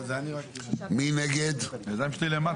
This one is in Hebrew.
מי נגד?